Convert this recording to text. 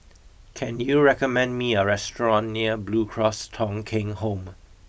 can you recommend me a restaurant near Blue Cross Thong Kheng Home